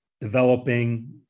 developing